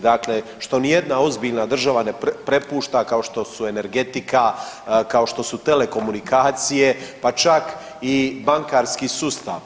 Dakle što ni jedna ozbiljna država ne prepušta kao što su energetika, kao što su telekomunikacije, pa čak i bankarski sustav.